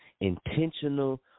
intentional